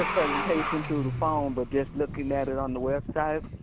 ah presentation through the phone, but just looking at it on the website.